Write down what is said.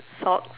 socks